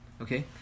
okay